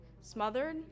smothered